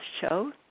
show